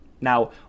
Now